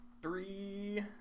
Three